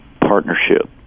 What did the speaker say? partnership